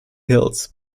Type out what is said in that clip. hills